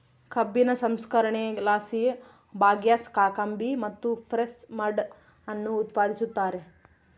ಕಬ್ಬಿನ ಸಂಸ್ಕರಣೆಲಾಸಿ ಬಗ್ಯಾಸ್, ಕಾಕಂಬಿ ಮತ್ತು ಪ್ರೆಸ್ ಮಡ್ ಅನ್ನು ಉತ್ಪಾದಿಸುತ್ತಾರೆ